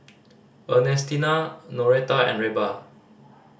Ernestina Noreta and Reba